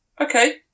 okay